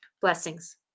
Blessings